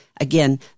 again